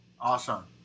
awesome